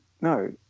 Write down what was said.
no